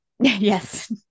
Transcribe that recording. Yes